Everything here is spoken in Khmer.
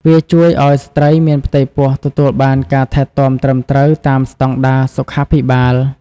វាជួយឱ្យស្ត្រីមានផ្ទៃពោះទទួលបានការថែទាំត្រឹមត្រូវតាមស្តង់ដារសុខាភិបាល។